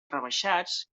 rebaixats